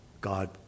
God